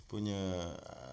punya